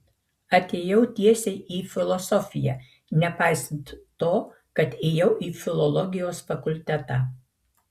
atėjau tiesiai į filosofiją nepaisant to kad ėjau į filologijos fakultetą